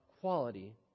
quality